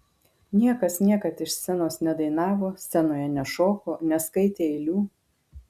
niekas niekad iš scenos nedainavo scenoje nešoko neskaitė eilių